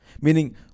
Meaning